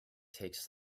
takes